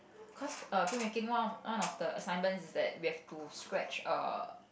cause err film making one of one of the assignments is that we have to scratch a